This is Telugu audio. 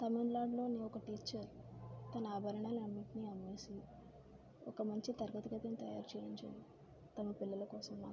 తమిళనాడులోని ఒక టీచర్ తన ఆభరణాలన్నింటిని అమ్మేసి ఒక మంచి తరగతి గదిని తయారు చేయించింది తను పిల్లల కోసం మాత్రం